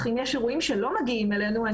אם יש אירועים שלא מגיעים אלינו,